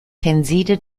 tenside